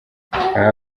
aha